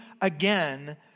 again